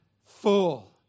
full